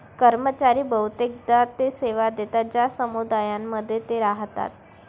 कर्मचारी बहुतेकदा ते सेवा देतात ज्या समुदायांमध्ये ते राहतात